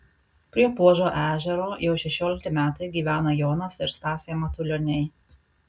prie puožo ežero jau šešiolikti metai gyvena jonas ir stasė matulioniai